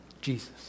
Jesus